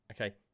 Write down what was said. Okay